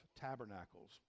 Tabernacles